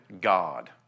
God